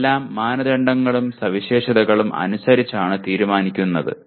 ഇവയെല്ലാം മാനദണ്ഡങ്ങളും സവിശേഷതകളും അനുസരിച്ചാണ് തീരുമാനിക്കുന്നത്